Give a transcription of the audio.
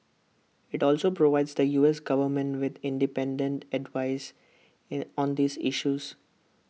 IT also provides the U S Government with independent advice in on these issues